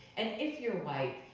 and if you're white,